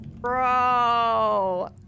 Bro